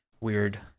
weird